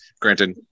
granted